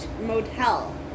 motel